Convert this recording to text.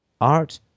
art